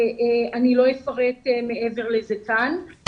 אני לא אפרט מעבר לכך כאן.